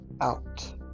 out